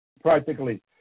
practically